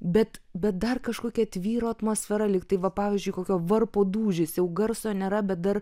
bet bet dar kažkokia tvyro atmosfera lyg tai va pavyzdžiui kokio varpo dūžis jau garso nėra bet dar